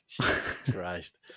Christ